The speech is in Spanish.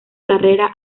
carrera